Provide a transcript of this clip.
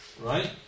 Right